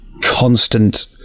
constant